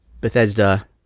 Bethesda